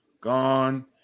gone